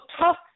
tough